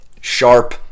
sharp